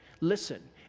listen